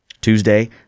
Tuesday